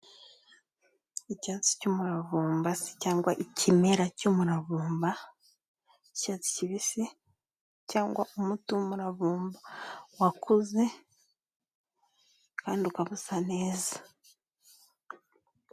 Icyatsi cy'umuravumba cyangwa ikimera cy'umurabumba cy'icyatsi kibisi cyangwa umuti w'umuravumba wakuze kandi ukaba usa neza.